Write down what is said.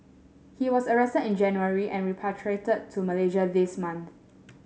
he was arrested in January and repatriated to Malaysia this month